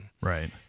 Right